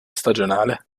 stagionale